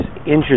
injured